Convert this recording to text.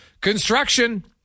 Construction